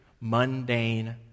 mundane